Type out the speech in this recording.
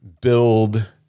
build